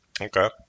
Okay